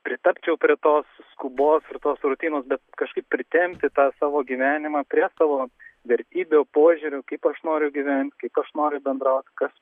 pritapčiau prie to skubos ir tos rutinos bet kažkaip ir tempti tą savo gyvenimą prie savo vertybių požiūrių kaip aš noriu gyvent kai kas nori bendraut kas